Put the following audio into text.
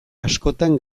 askotan